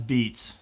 Beats